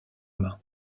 main